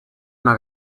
una